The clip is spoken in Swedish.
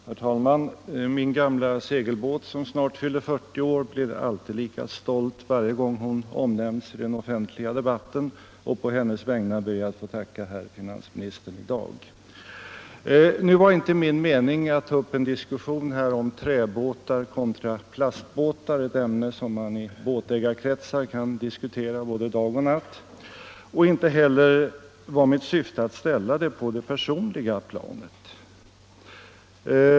Herr talman! Min gamla segelbåt, som snart fyller 40 år, blir lika stolt varje gång hon omnämns i den offentliga debatten. På hennes vägnar ber jag att få tacka herr finansministern i dag. : Nu var det inte min mening att ta upp någon diskussion om träbåtar kontra plastbåtar — ett ämne som man i båtägarkretsar kan diskutera både dag och natt — och inte heller var mitt syfte att föra diskussionen på det personliga planet.